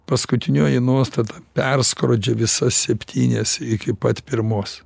paskutinioji nuostata perskrodžia visas septynias iki pat pirmos